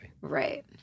right